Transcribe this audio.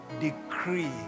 decree